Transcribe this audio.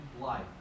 life